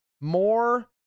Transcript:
more